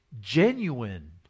genuine